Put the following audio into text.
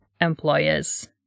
employers